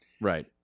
Right